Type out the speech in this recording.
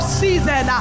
season